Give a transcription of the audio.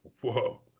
whoa